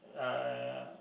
uh